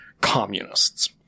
communists